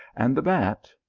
and the bat,